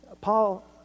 Paul